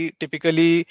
typically